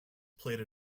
played